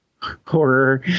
horror